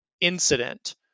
incident